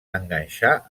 enganxar